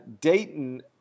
Dayton